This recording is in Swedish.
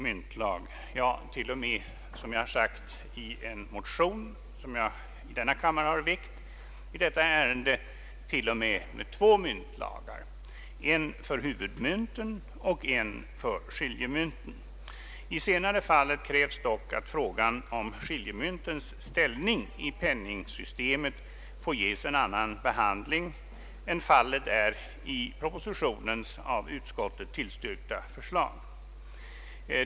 Jag kan t.o.m., vilket jag an fört i en motion som jag har väckt i denna kammare, tänka mig två nya myntlagar, en för huvudmynten och en för skiljemynten. I det senare fallet krävs dock att frågan om skiljemyntens ställning i penningsystemet får en annan behandling än fallet är i propositionens av utskottet tillstyrkta förslag.